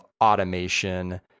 automation